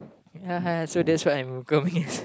ya so that's what I'm coming as